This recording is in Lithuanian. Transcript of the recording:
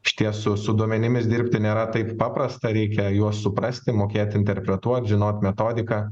išties su su duomenimis dirbti nėra taip paprasta reikia juos suprasti mokėti interpretuot žinot metodiką